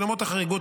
כי למרות החריגות,